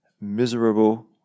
miserable